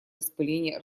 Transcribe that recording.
распыления